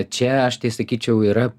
čia aš tai sakyčiau yra